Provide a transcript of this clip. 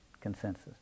consensus